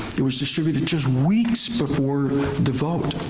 it was distributed just weeks before the vote.